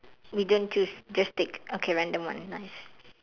we don't choose just take okay random one nice